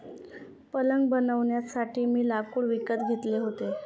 पलंग बनवण्यासाठी मी लाकूड विकत घेतले होते